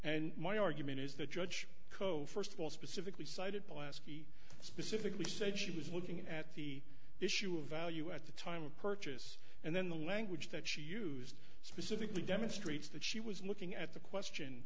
and my argument is the judge cofer civil specifically cited by ascii specifically said she was looking at the issue of value at the time of purchase and then the language that she used specifically demonstrates that she was looking at the question